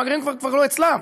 המאגרים כבר לא אצלם,